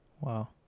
wow